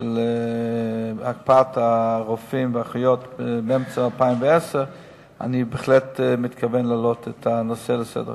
של הרופאים והאחיות באמצע 2010 אני מתכוון להעלות את הנושא לסדר-היום.